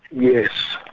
yes.